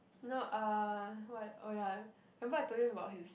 no uh what oh ya remember I told you about his